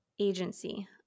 Agency